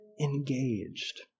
engaged